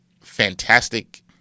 fantastic